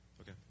okay